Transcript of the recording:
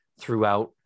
throughout